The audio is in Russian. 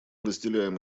разделяем